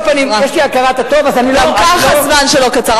על כל פנים, יש לי הכרת הטוב, גם כך הזמן שלו קצר.